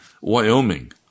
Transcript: Wyoming